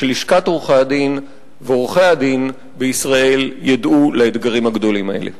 שלשכת עורכי-הדין ועורכי-הדין בישראל יוכלו לאתגרים הגדולים האלה.